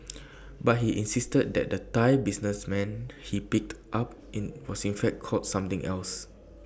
but he insisted that the Thai businessman he picked up in was in fact called something else